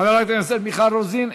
חברת הכנסת מיכל רוזין,